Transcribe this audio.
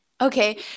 Okay